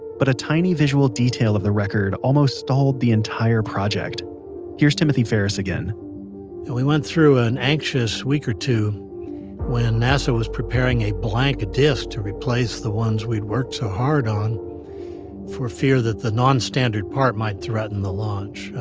but a tiny visual detail of the record almost stalled the entire project here's timothy farris again we went through an anxious week or two when nasa was preparing a blank disc to replace the ones we had worked so hard on for fear that the non-standard part might threaten the launch.